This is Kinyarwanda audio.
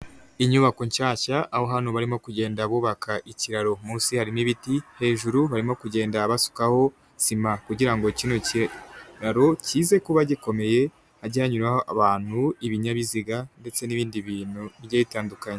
Inyubako nshyashya, aho hano barimo kugenda bubaka ikiraro, munsi harimo ibiti, hejuru barimo kugenda basukaho isima kugira ngo kino kiraro kize kuba gikomeye, hajye hanyuraho abantu, ibinyabiziga ndetse n'ibindi bintu bigiye bitandukanye.